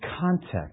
context